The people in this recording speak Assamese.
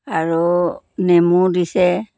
আৰু নেমু দিছে